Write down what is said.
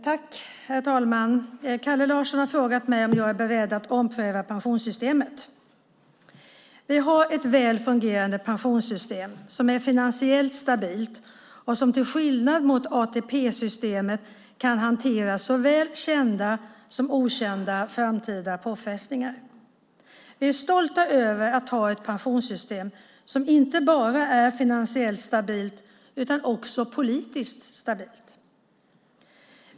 Herr talman! Kalle Larsson har frågat mig om jag är beredd att ompröva pensionssystemet. Vi har ett väl fungerande pensionssystem som är finansiellt stabilt och som till skillnad mot ATP-systemet kan hantera såväl kända som okända framtida påfrestningar. Vi är stolta över att ha ett pensionssystem som är inte bara finansiellt stabilt utan också politiskt stabilt.